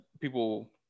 people